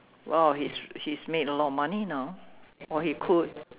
!wow! he's he's made a lot of money now or he could